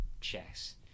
chess